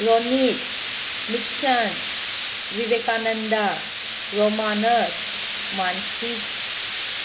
Ronit Nixon Vivekananda ꯔꯣꯃꯥꯅꯁ ꯃꯥꯟꯁꯤ